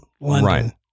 Right